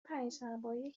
پنجشنبههایی